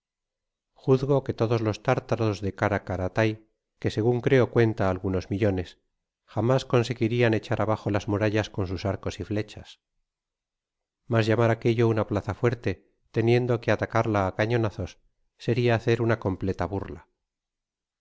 juzgo que todos los tártaros de karakathay que segun creo cuenta algunos millones jamás conseguiria echar abajo las murallas con sus arcos y flechas mas llamar aquello una plaza fuerte teniendo que atacarla á cañonazos seria hacer una completa burla